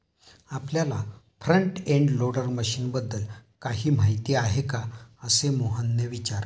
आपल्याला front end loader मशीनबद्दल काही माहिती आहे का, असे मोहनने विचारले?